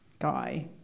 guy